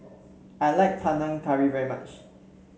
I like Panang Curry very much